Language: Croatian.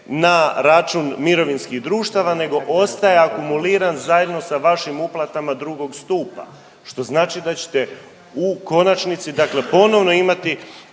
na račun mirovinskih društava nego ostaje akumuliran zajedno sa vašim uplatama drugog stupa, što znači da ćete u konačnici dakle ponovno imati